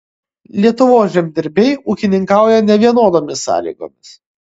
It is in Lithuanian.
lietuvos žemdirbiai ūkininkauja nevienodomis sąlygomis